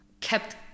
kept